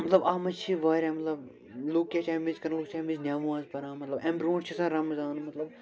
مطلب اَتھ منٛز چھِ وارِیاہ مطلب لُکھ کیٛاہ چھِ اَمہِ وِز کَران لُکھ چھِ اَمہِ وِز نٮ۪ماز پران مطلب اَمہِ برٛونٛٹھ چھِ آسان رمضان مطلب